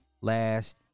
last